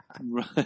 Right